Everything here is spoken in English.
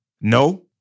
No